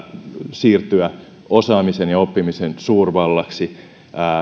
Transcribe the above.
siirtyä osaamisen ja oppimisen suurvallaksi